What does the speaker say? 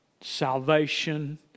salvation